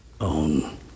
own